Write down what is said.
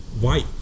white